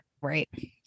Right